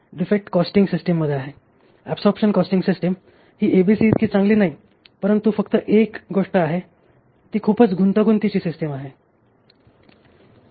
defect costing सिस्टममध्ये आहे absorption costing system ही एबीसी इतकी चांगली नाही परंतु फक्त एक गोष्ट आहे ती खूपच गुंतागुंतीची सिस्टिम आहे